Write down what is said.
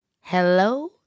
Hello